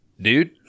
dude